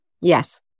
Yes